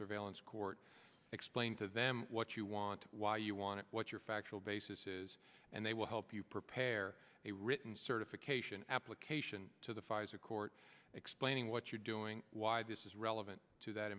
surveillance court explain to them what you want why you want to what your factual basis is and they will help you prepare a written certification application to the pfizer court explaining what you're doing why this is relevant to that